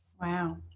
Wow